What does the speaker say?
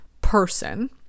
person